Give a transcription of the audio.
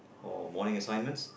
or morning assignments